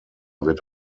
wird